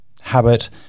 habit